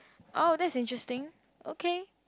oh that's interesting okay